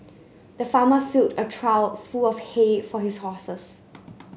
the farmer filled a trough full of hay for his horses